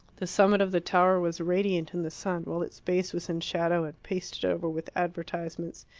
the summit of the tower was radiant in the sun, while its base was in shadow and pasted over with advertisements.